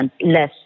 less